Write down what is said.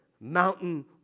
mountain